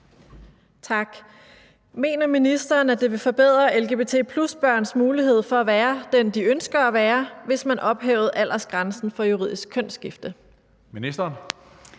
Mener ministeren, at det ville forbedre lgbt+-børns muligheder for at være den, de ønsker at være, hvis man ophævede aldersgrænsen for juridisk kønsskifte?